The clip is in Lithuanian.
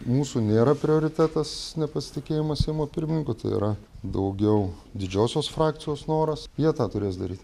mūsų nėra prioritetas nepasitikėjimas seimo pirmininku tai yra daugiau didžiosios frakcijos noras jie tą turės daryt